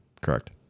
Correct